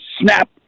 snap